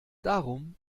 darum